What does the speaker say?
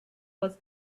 was